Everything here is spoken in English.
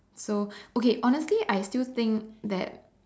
so okay honestly I still think that